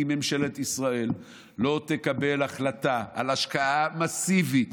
אם ממשלת ישראל לא תקבל החלטה על השקעה מסיבית